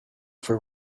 for